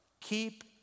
keep